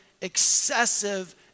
excessive